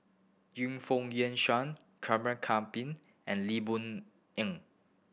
Yu Foon Yen Shoon and Lee Boon Eng